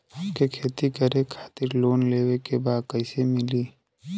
हमके खेती करे खातिर लोन लेवे के बा कइसे मिली?